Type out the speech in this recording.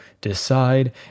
decide